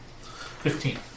Fifteen